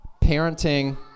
parenting